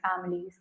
families